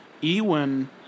Ewan